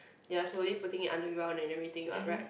they're slowly putting it underground and everything what right